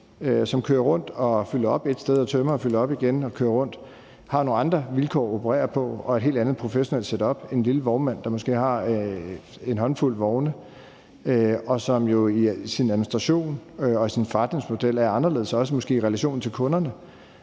som kører rundt og fylder op et sted og tømmer og fylder op igen og kører rundt, har nogle andre vilkår at operere på og et helt andet professionelt setup end en lille vognmand, der måske har en håndfuld vogne, og som jo i sin administration og sin forretningsmodel er anderledes, måske også i relationen til kunderne,